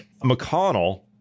McConnell